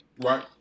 Right